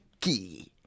key